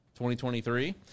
2023